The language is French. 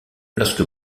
lorsque